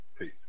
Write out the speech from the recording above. peace